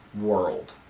world